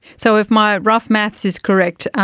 so if my rough maths is correct,